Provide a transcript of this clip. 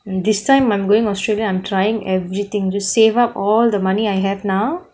and this time I'm going australia I'm trying everything just save up all the money I have now